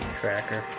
tracker